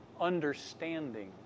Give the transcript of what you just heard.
understanding